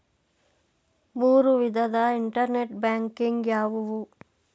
ಮೂರು ವಿಧದ internet banking ಯಾವುವು?